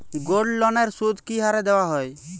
গোল্ডলোনের সুদ কি হারে দেওয়া হয়?